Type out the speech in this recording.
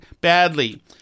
badly